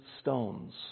stones